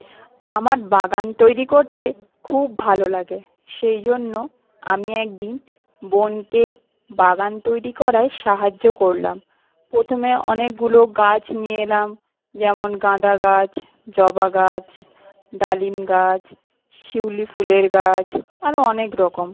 আমার বাগান তৈরি করতে খুব ভালো লাগে সেইজন্য আমি একদিন বোনকে বাগান তৈরি করায় সাহায্য করলাম প্রথমে অনেকগুলো গাছ নিয়ে এলাম যেমন গাঁদা গাছ জবা গাছ ডালিম গাছ শিউলি ফুলের গাছ আরো অনেকরকম